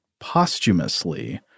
Posthumously